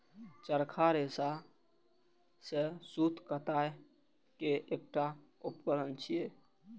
चरखा रेशा सं सूत कताइ के एकटा उपकरण छियै